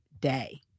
day